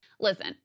Listen